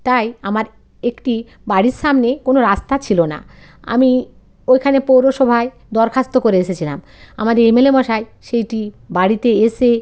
তাই আমার একটি বাড়ির সামনে কোনো রাস্তা ছিলো না আমি ওইখানে পৌরসভায় দরখাস্ত করে এসেছিলাম আমাদের এম এল এ মশাই সেইটি বাড়িতে এসে